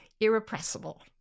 irrepressible